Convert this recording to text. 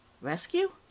Rescue